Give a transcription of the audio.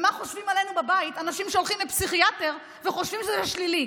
מה חושבים עלינו בבית אנשים שהולכים לפסיכיאטר וחושבים שזה שלילי?